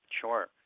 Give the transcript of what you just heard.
Sure